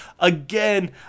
Again